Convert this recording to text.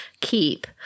keep